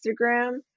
Instagram